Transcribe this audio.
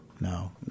No